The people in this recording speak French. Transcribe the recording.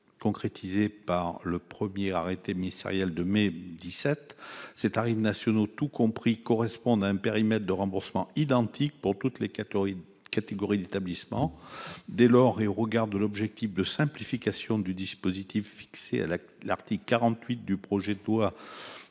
concrétisées par un premier arrêté ministériel en mai 2017. Ces tarifs nationaux « tout compris » correspondent à un périmètre de remboursement identique pour toutes les catégories d'établissements. Dès lors, et au regard de l'objectif de simplification du dispositif prévu à l'article 48 du projet de loi